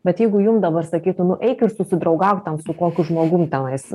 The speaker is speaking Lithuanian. bet jeigu jum dabar sakytų nu eik ir susidraugauk ten su kokiu žmogum tenais